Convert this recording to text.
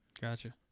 Gotcha